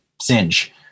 singe